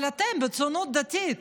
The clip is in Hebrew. אבל אתכם בציונות הדתית